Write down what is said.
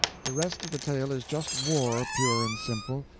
the rest of the tale is just war, pure and simple.